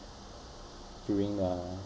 during a